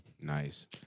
Nice